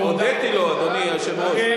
הודיתי לו, אדוני היושב-ראש.